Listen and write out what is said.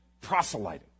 proselyting